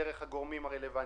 הגורמים הרלוונטיים.